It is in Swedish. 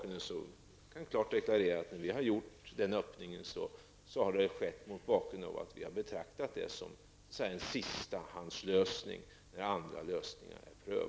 När vi tillskapat denna möjlighet har vi betraktat detta som en sistahandslösning, när andra möjligheter inte har stått till buds.